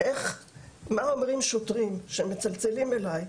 מה אומרים שוטרים שמתקשרים אלי,